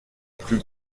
plus